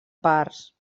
parts